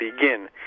begin